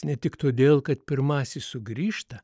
ne tik todėl kad pirmasis sugrįžta